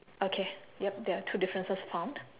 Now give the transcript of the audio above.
okay yup there are two differences found